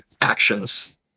actions